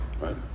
right